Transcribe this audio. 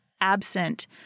absent